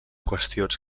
qüestions